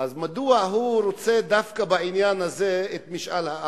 אז מדוע הוא רוצה דווקא בעניין הזה את משאל העם?